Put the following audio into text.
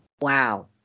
wow